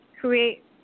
create